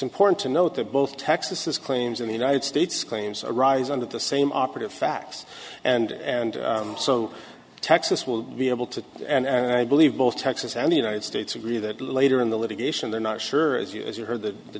important to note that both texas claims in the united states claims arise under the same operative facts and and so texas will be able to and i believe both texas and the united states agree that later in the litigation they're not sure as you heard that the